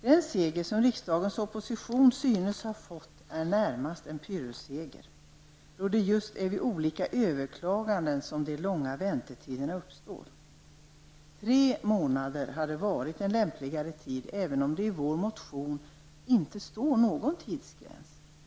Den seger som riksdagens opposition synes ha fått är närmast en pyrrusseger, då det just är vid olika överklaganden som de långa väntetiderna uppstår. Tre månader hade varit en lämpligare tidpunkt, även om vi inte har någon tidsgräns